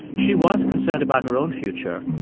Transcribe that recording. she was concerned about her own future,